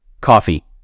Coffee